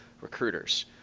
recruiters